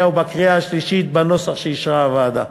ובקריאה השלישית בנוסח שאישרה הוועדה.